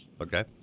Okay